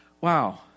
wow